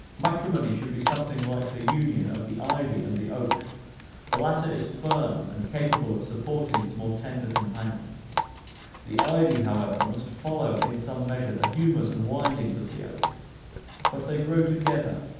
matrimony should be something like the union of the ivy and the oak the latter is firm, and capable of supporting its more tender companion the ivy, however, must follow in some measure the humors and windings of the oak but they grow together,